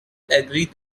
agree